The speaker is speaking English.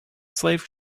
slave